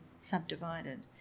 subdivided